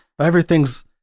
everything's